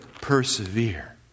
persevere